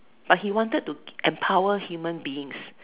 but he wanted to empower human beings